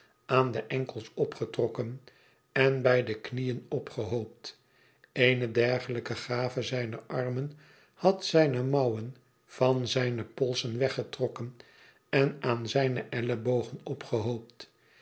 aan de enkels opgetrokken en bij de knieën opgehoopt eene dergelijke gave zijner armen had zijne mouwen van zijne polsen weggetrokken en aan zijne ellebogen opgehoopt